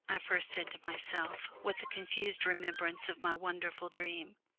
i first said to myself, with a confused remembrance of my wonderful dream.